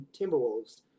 Timberwolves